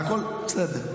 הכול בסדר,